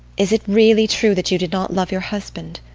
is it really true that you did not love your husband?